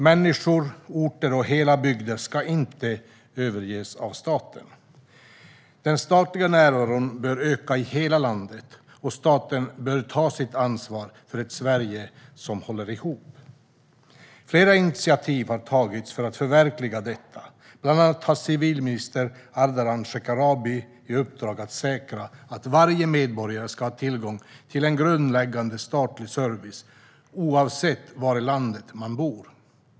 Människor, orter och hela bygder ska inte överges av staten. Den statliga närvaron bör öka i hela landet, och staten bör ta sitt ansvar för ett Sverige som håller ihop. Flera initiativ har tagits för att förverkliga detta. Bland annat har civilminister Ardalan Shekarabi i uppdrag att säkra att varje medborgare ska ha tillgång till en grundläggande statlig service oavsett var i landet man bor.